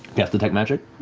cast detect magic?